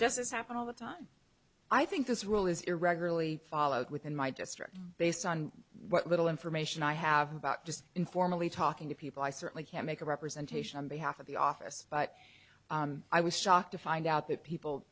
doesn't happen all the time i think this rule is irregularly followed within my district based on what little information i have about just informally talking to people i certainly can't make a representation on behalf of the office but i was shocked to find out that people